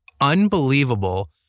unbelievable